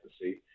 see